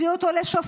הביאו אותו לשופט.